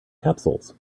capsules